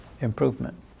improvement